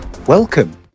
Welcome